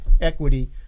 equity